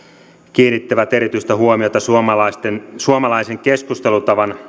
kiinnittävät erityistä huomiota suomalaisen suomalaisen keskustelutavan